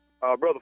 Brother